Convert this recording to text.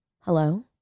Hello